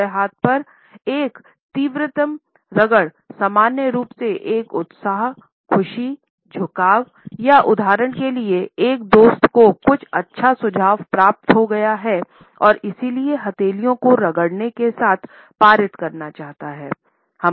दूसरे हाथ पर एक त्वरित रगड़ सामान्य रूप से एक उत्साह खुशी झुकाव या उदाहरण के लिए एक दोस्त को कुछ अच्छा झुकाव प्राप्त हो गया है और इसलिए हथेलियों को रगड़ने के साथ पारित करना चाहते हैं